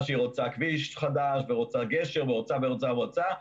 שהיא רוצה כביש חדש ורוצה גשר ורוצה ורוצה ורוצה.